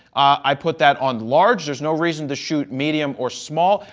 i put that on large. there's no reason to shoot medium or small.